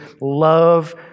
Love